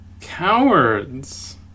Cowards